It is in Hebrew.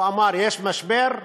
הוא אמר, יש משבר,